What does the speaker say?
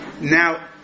Now